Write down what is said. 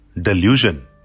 delusion